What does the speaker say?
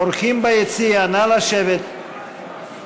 אורחים ביציע, נא לשבת.